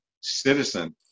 citizen